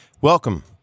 Welcome